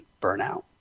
burnout